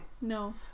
No